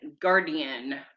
guardian